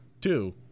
Two